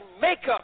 makeup